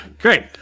Great